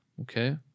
Okay